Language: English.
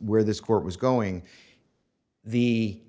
where this court was going the